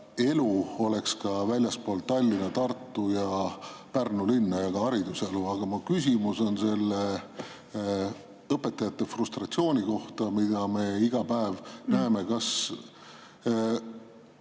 elu oleks ka väljaspool Tallinna, Tartu ja Pärnu linna. Ka hariduselu. Aga mu küsimus on õpetajate frustratsiooni kohta, mida me iga päev näeme.